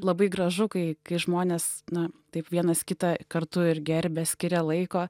labai gražu kai kai žmonės na taip vienas kitą kartu ir gerbia skiria laiko